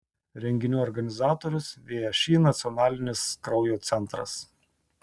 renginių organizatorius všį nacionalinis kraujo centras